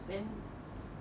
then